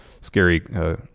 scary